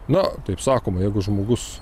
na taip sakoma jeigu žmogus